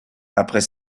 après